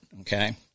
okay